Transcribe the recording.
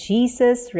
Jesus